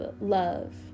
love